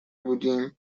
بودیم